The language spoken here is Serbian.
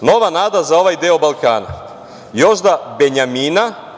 Nova nada za ovaj deo Balkana. Još da Benjamina